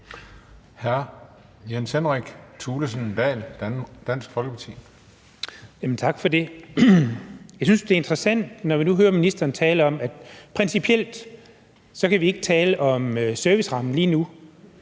Jens Henrik Thulesen Dahl (DF): Tak for det. Jeg synes, det er interessant at høre ministeren tale om, at principielt kan vi ikke tale om servicerammen lige nu,